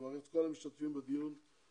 אני מברך את כל המשתתפים בדיון זה.